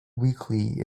weekly